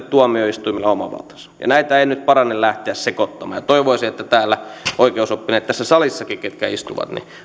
tuomioistuimilla oma valtansa niin näitä ei nyt parane lähteä sekoittamaan ja toivoisin että täällä oikeusoppineet tässä salissakin ketkä istuvat